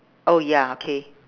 oh ya okay